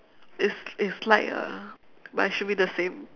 it's it's light ah but it should be the same